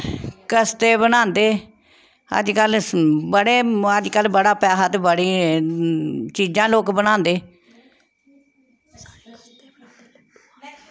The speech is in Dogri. कस्टे बनांदे अज्जकल बड़े अज्जकल बड़ा पैहा ते बड़े चीज़ां लोग बनांदे